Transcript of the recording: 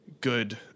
good